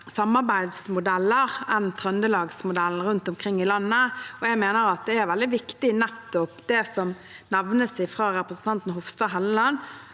samarbeidsmodeller enn Trøndelagsmodellen rundt omkring i landet, og jeg mener at nettopp det som nevnes av representanten Hofstad Helleland